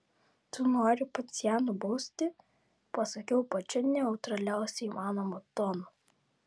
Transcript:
tu nori pats ją nubausti pasakiau pačiu neutraliausiu įmanomu tonu